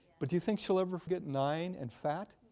but do you think she'll ever forget nine and fat?